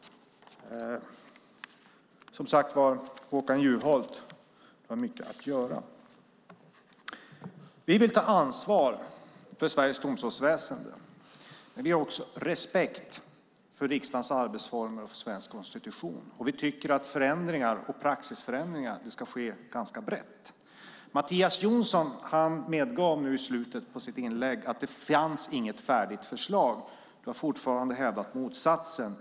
Som sagt, Håkan Juholt har mycket att göra. Vi vill ta ansvar för Sveriges domstolsväsen, men vi har också respekt för riksdagens arbetsformer och för svensk konstitution. Och vi tycker att förändringar och praxisförändringar ska ske ganska brett. Mattias Jonsson medgav nu i slutet av sitt inlägg att det inte finns något färdigt förslag. Du har fortfarande hävdat motsatsen.